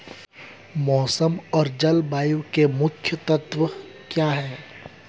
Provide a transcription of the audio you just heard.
मौसम और जलवायु के मुख्य तत्व क्या हैं?